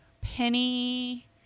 penny